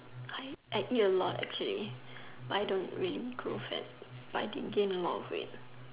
I eat a lot actually but I don't really grow fat but I did gain a lot of weight